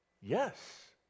Yes